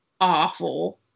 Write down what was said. awful